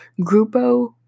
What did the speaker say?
Grupo